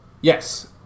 yes